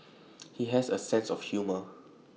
he has A sense of humour